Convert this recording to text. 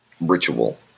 ritual